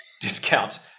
discount